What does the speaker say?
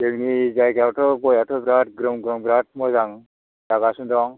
जोंनि जायगायावथ' गयाथ' बेराद ग्रोम ग्रोम बेराद मोजां जागासनो दं